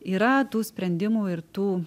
yra tų sprendimų ir tų